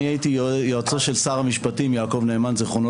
אני הייתי יועצו של שר המשפטים יעקב נאמן זכרונו